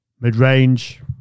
Mid-range